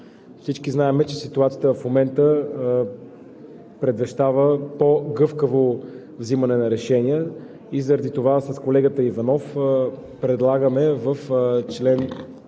Всички знаем, че ситуацията в момента предвещава по-гъвкаво взимане на решения и заради това с колегата Иванов предлагаме в чл.